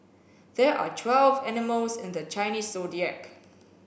there are twelve animals in the Chinese Zodiac